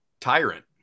tyrant